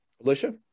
Alicia